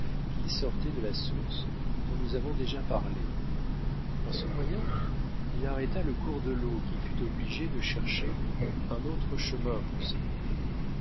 qui sortait de la source dont nous avons déjà parlé par ce moyen il arrêta le cours de l'eau qui fut obligée de chercher un autre chemin pour